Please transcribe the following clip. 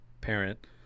parent